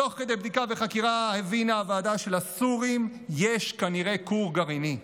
תוך כדי בדיקה וחקירה הבינה הוועדה שלסורים יש כנראה כור גרעיני.